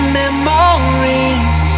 memories